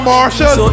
Marshall